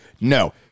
No